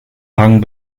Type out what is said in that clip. rang